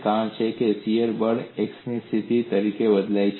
કારણ કે શીયર બળ x ની સ્થિતિ તરીકે બદલાય છે